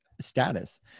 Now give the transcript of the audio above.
status